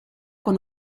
con